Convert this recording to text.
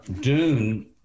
Dune